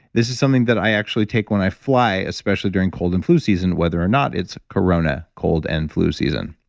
this is something that i actually take when i fly, especially during cold and flu season, whether or not it's corona cold and flu season.